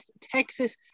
Texas